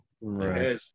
Right